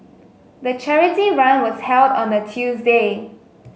the charity run was held on a Tuesday